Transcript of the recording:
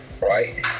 right